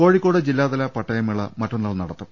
കോഴിക്കോട് ജില്ലാതല പട്ടയമേള മറ്റന്നാൾ നടത്തും